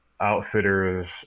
outfitters